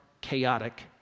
chaotic